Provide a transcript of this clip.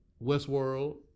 Westworld